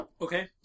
Okay